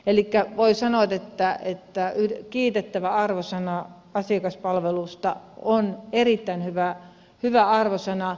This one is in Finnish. elikkä voi sanoa että kiitettävä arvosana asiakaspalvelusta on erittäin hyvä arvosana